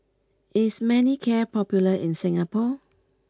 is Manicare popular in Singapore